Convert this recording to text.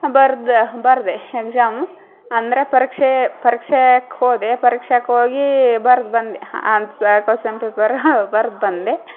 ಬರ್ದು ಬರೆದೆ ಎಗ್ಜಾಮ್ ಅಂದ್ರ ಪರೀಕ್ಷೆ ಪರೀಕ್ಷೆಗ್ ಹೋದೆ ಪರೀಕ್ಷಕ್ ಹೋಗಿ ಬರ್ದು ಬಂದೆ ಆನ್ಸ ಕ್ವೆಶನ್ ಪೇಪರ್ ಬರೆದು ಬಂದೆ